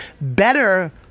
Better